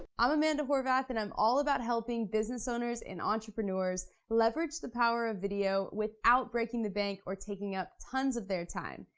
i'm amanda horvath and i'm all about helping business owners and entrepreneurs leverage the power of video without breaking the bank or taking up tons of their time.